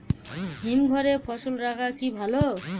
হিমঘরে ফসল রাখা কি ভালো?